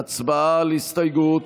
הצבעה על הסתייגות.